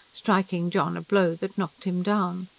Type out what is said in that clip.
striking john a blow that knocked him down.